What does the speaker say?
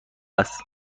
است